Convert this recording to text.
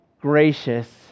gracious